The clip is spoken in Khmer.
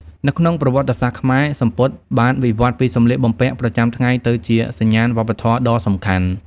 នៅក្នុងប្រវត្តិសាស្ត្រខ្មែរ សំពត់បានវិវត្តន៍ពីសម្លៀកបំពាក់ប្រចាំថ្ងៃទៅជាសញ្ញាណវប្បធម៌ដ៏សំខាន់។